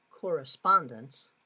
correspondence